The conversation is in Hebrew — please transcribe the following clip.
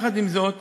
עם זאת,